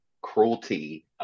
cruelty